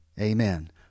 Amen